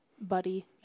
buddy